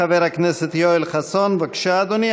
חבר הכנסת יואל חסון, בבקשה, אדוני.